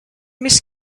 miss